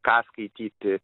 ką skaityti